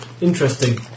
interesting